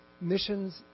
Missions